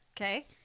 Okay